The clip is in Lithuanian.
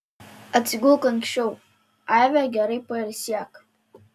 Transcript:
atsigulk anksčiau aive gerai pailsėk